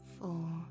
four